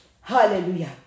Hallelujah